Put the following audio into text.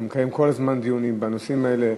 אתה מקיים כל הזמן דיונים בנושאים האלה,